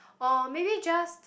or maybe just